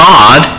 God